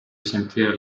sentire